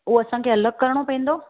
उहो असांखे अलॻि करिणो पवंदो